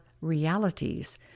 realities